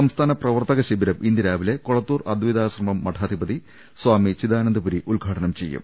സംസ്ഥാന പ്രവർത്തക ശിബിരം ഇന്ന് രാവിലെ കൊളത്തൂർ അദ്വൈതാശ്രമം മഠാധിപതി സ്വാമി ചിദാനന്ദപുരി ഉദ്ഘാടനം ചെയ്യും